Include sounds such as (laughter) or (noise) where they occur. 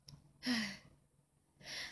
(breath)